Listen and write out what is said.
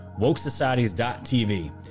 Wokesocieties.tv